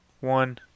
one